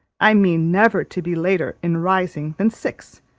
i mean never to be later in rising than six,